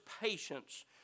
patience